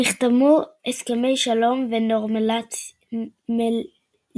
נחתמו הסכמי שלום ונורמליזציה